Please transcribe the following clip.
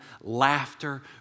laughter